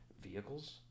vehicles